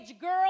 girl